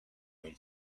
room